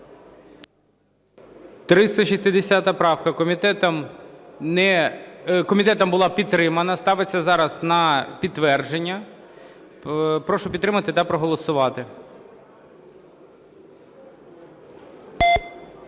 360 правка. Комітетом була підтримана, ставиться зараз на підтвердження. Прошу підтримати та проголосувати.